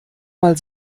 mal